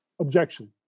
objection